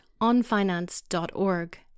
onfinance.org